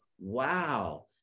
wow